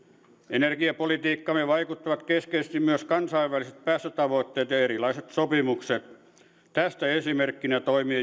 energiapolitiikkaamme vaikuttavat keskeisesti myös kansainväliset päästötavoitteet ja ja erilaiset sopimukset tästä esimerkkinä toimii